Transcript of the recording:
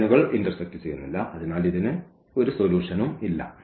ഈ ലൈനുകൾ ഇന്റർസെക്ട് ചെയ്യുന്നില്ല അതിനാൽ ഇതിന് ഒരു സൊലൂഷനും ഇല്ല